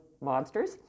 monsters